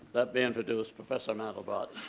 let me introduce professor mandelbrot.